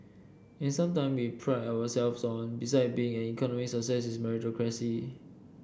and sometime we pride ourselves on besides being an economic success is meritocracy